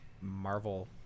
Marvel